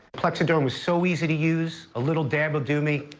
plexaderm was so easy to use, a little dab will do me.